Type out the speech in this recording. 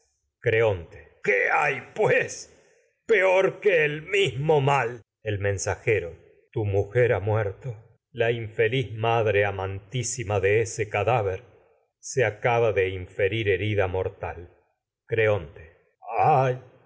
qué hay el mismo la mal el mensajero tu madre amantisima mortal mujer ha muerto se infeliz inferir de ese cadáver acaba de herida creonte ay